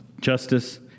justice